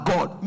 God